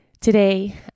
Today